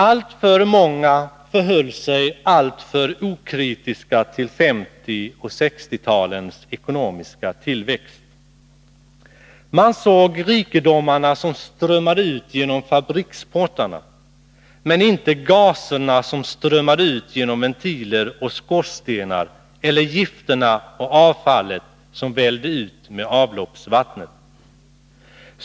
Alltför många förhöll sig alltför okritiska till 1950 och 1960-talens ekonomiska tillväxt. Man såg rikedomarna som strömmade ut genom fabriksportarna men inte gaserna som strömmade ut genom ventiler och skorstenar eller gifterna och avfallet som vällde ut med avloppsvattnet.